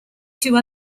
two